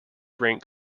rank